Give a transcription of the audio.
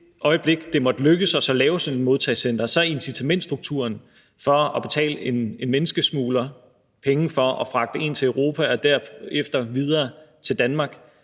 det måtte lykkes os at lave sådan et modtagecenter, er incitamentsstrukturen i det at betale en menneskesmugler penge for at fragte en til Europa og derefter videre til Danmark